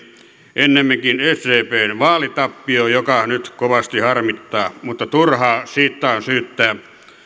ennemminkin sdpn vaalitappio joka nyt kovasti harmittaa mutta turha siitä on syyttää